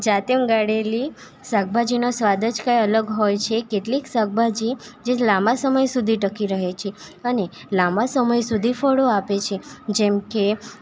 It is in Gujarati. જાતે ઉગાડેલી શાકભાજીનો સ્વાદ જ કઈ અલગ હોય છે કેટલીક શાકભાજી જે લાંબા સમય સુધી ટકી રહે છે અને લાંબા સમય સુધી ફળો આપે છે જેમકે